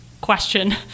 question